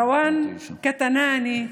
ראואן כתנאני,